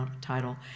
title